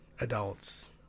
adults